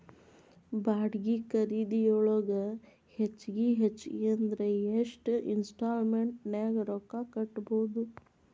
ಬಾಡ್ಗಿ ಖರಿದಿಯೊಳಗ ಹೆಚ್ಗಿ ಹೆಚ್ಗಿ ಅಂದ್ರ ಯೆಷ್ಟ್ ಇನ್ಸ್ಟಾಲ್ಮೆನ್ಟ್ ನ್ಯಾಗ್ ರೊಕ್ಕಾ ಕಟ್ಬೊದು?